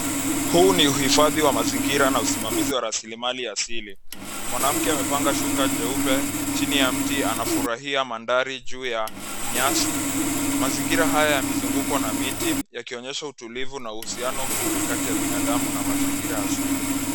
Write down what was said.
Huu ni uhifadhi wa mazingira na usimamizi wa rasilimali asili. Mwanamke amepanga shuka jeupe chini ya mti anafurahia mandhari juu ya nyasi. Mazingira haya yamezunguka na miti yakionyesha utulivu na uhusiano mzuri kati ya binadamu na mazingira asili.